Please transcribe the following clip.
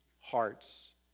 hearts